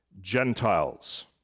Gentiles